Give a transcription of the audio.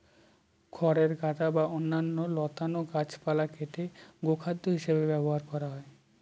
খড়ের গাদা বা অন্যান্য লতানো গাছপালা কেটে গোখাদ্য হিসাবে ব্যবহার করা হয়